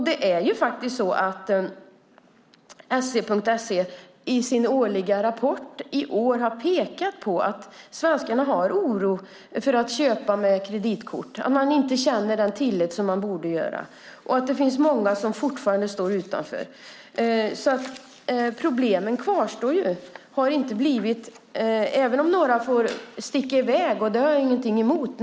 Det är ju faktiskt så att Punkt SE i sin årliga rapport i år har pekat på att svenskarna känner oro för att köpa med kreditkort. Man känner inte den tillit som man borde göra. Det finns också många som fortfarande står utanför. Problemen kvarstår alltså. Några sticker iväg nu. Det har jag ingenting emot.